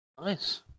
nice